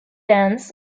ends